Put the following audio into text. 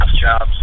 jobs